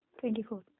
twenty-four